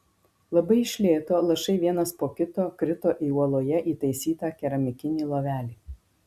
labai iš lėto lašai vienas po kito krito į uoloje įtaisytą keramikinį lovelį